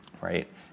right